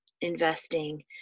investing